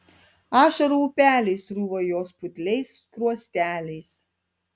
ašarų upeliai sruvo jos putliais skruosteliais